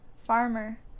farmer